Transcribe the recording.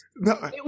No